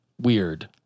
weird